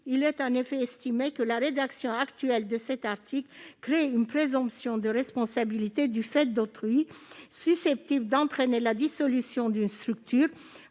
vie associative estime que la rédaction actuelle de cet article crée une présomption de responsabilité du fait d'autrui susceptible d'entraîner la dissolution d'une structure